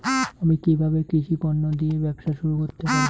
আমি কিভাবে কৃষি পণ্য দিয়ে ব্যবসা শুরু করতে পারি?